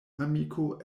amiko